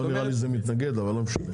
לא נראה לי שזה מתנגד, אבל לא משנה.